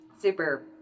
super